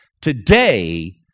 Today